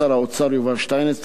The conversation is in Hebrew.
לשר האוצר יובל שטייניץ,